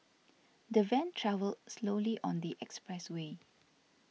the van travelled slowly on the expressway